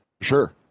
sure